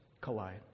collide